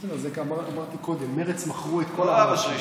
בסדר, את זה אמרתי קודם, מרצ מכרו את כל הערכים.